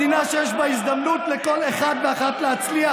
מדינה שיש בה הזדמנות לכל אחד ואחת להצליח,